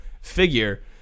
figure